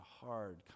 hard